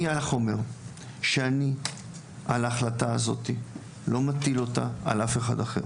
אני אומר שאני על ההחלטה הזאת לא מטיל אותה על אף אחד אחר.